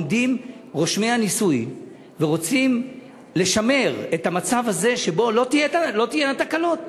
עומדים רושמי הנישואים ורוצים לשמר את המצב הזה שבו לא תהיינה תקלות.